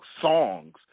songs